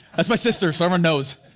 that's my sister, so everyone knows.